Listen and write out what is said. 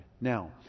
Now